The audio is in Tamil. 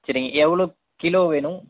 சரிங்க எவ்வளோ கிலோ வேணும்